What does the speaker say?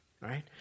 right